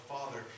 Father